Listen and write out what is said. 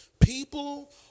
People